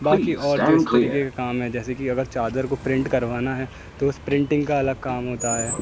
باقی اور جو اس طریقے کے کام ہیں جیسے کہ اگر چادر کو پرنٹ کروانا ہے تو اس پرنٹنگ کا الگ کام ہوتا ہے